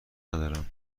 ندارم